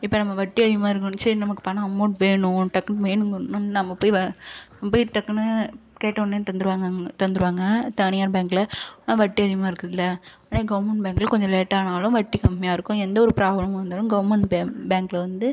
இப்போ நம்ப வட்டி அதிகமாக இருக்கும்னு நெனச்சு சரி நமக்கு பணோம் அமௌன்ட் வேணும் டக்குன்னு வேணுங்குன்னு நம்ம போய் நம்ம போய் டக்குனு கேட்டவொன்னே தந்துடுவாங்க அங் தந்துடுவாங்க தனியார் பேங்கில் ஆனால் வட்டி அதிகமாக இருக்குங்கல்லை ஆனால் கவர்மெண்ட் பேங்கில் கொஞ்சம் லேட்டானாலும் வட்டி கம்மியாக இருக்கும் எந்த ஒரு ப்ராப்ளமும் வந்தாலும் கவர்மெண்ட் பே பேங்கில் வந்து